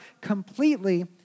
completely